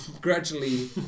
gradually